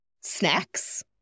snacks